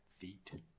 feet